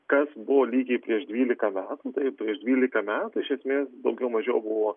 kas buvo lygiai prieš dvylika metų tai prieš dvylika metų iš esmės daugiau mažiau buvo